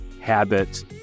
habit